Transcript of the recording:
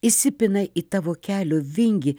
įsipina į tavo kelio vingį